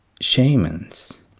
shamans